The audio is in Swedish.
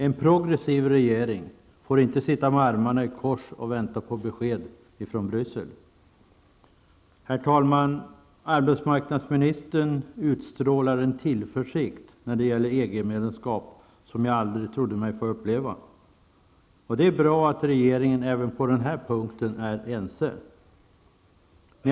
En progressiv regering får inte sitta med armarna i kors och vänta på besked från Bryssel. Herr talman! Arbetsmarknadsministern utstrålar en tillförsikt när det gäller EG-medlemskap som jag aldrig trodde mig få uppleva. Det är bra att man inom regeringen är ense även på den punkten.